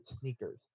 sneakers